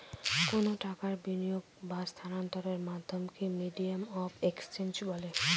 কোনো টাকার বিনিয়োগ বা স্থানান্তরের মাধ্যমকে মিডিয়াম অফ এক্সচেঞ্জ বলে